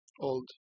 old